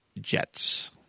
Jets